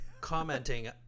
commenting